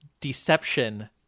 deception